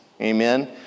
Amen